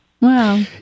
Wow